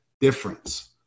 difference